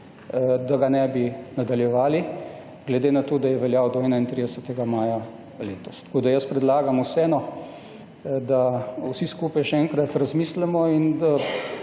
da ga ne bi nadaljevali, glede na to, da je veljal do 31. maja letos. Tako jaz predlagam vseeno, da vsi skupaj še enkrat razmislimo in da